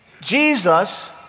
Jesus